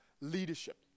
leadership